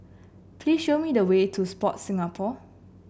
please show me the way to Sport Singapore